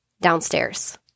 downstairs